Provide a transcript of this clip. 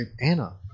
Anna